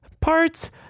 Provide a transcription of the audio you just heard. parts